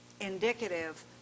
indicative